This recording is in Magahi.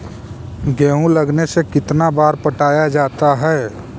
गेहूं लगने से कितना बार पटाया जाता है?